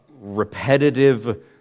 repetitive